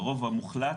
הרוב המוחלט